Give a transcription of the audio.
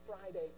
Friday